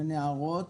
אין הערות,